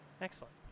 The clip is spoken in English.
Excellent